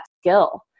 skill